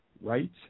right